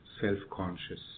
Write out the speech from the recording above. self-conscious